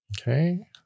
Okay